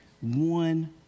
one